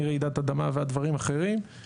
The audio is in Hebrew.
מרעידת אדמה ועד דברים אחרים,